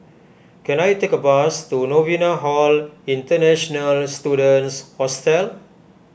can I take a bus to Novena Hall International Students Hostel